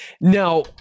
Now